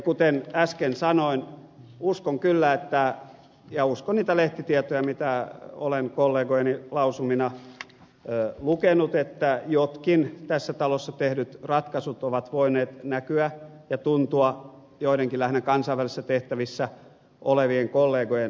kuten äsken sanoin uskon kyllä ja uskon niitä lehtitietoja mitä olen kollegojeni lausumina lukenut että jotkin tässä talossa tehdyt ratkaisut ovat voineet näkyä ja tuntua joidenkin lähinnä kansainvälisissä tehtävissä olevien kollegojen työssä